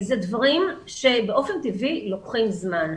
אלה דברים שבאופן טבעי אורכים זמן.